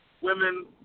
women